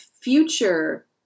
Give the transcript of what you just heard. future